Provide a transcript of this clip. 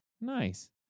Nice